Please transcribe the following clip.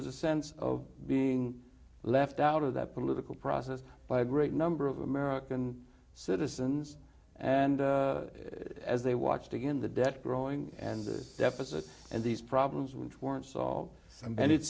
was a sense of being left out of the political process by a great number of american citizens and as they watched again the debt growing and the deficit and these problems which weren't salt and it's